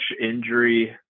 injury